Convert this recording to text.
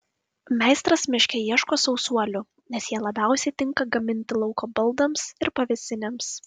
meistras miške ieško sausuolių nes jie labiausiai tinka gaminti lauko baldams ir pavėsinėms